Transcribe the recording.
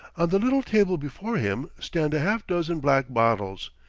on the little table before him stand a half-dozen black bottles,